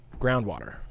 groundwater